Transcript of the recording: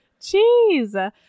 Jeez